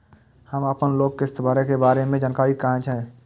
हम आपन लोन किस्त भरै के बारे में जानकारी चाहै छी?